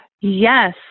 Yes